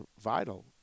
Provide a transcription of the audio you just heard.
vital